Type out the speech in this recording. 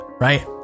right